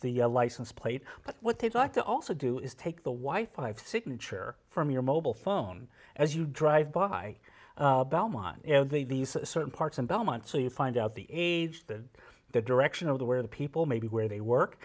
the license plate but what they'd like to also do is take the white five signature from your mobile phone as you drive by belmont you know these certain parts and belmont so you find out the age that the direction of the where the people may be where they work